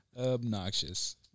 Obnoxious